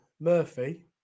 Murphy